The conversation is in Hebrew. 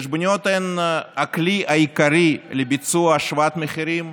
חשבוניות הן הכלי העיקרי לביצוע השוואת מחירים,